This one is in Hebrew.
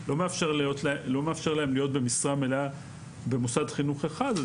שאינו מאפשר להם להיות במשרה מלאה במוסד חינוך אחד.